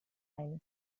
teil